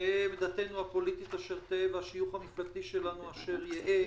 תהא עמדתנו הפוליטית אשר תהא והשיוך המפלגתי שלנו אשר יהא.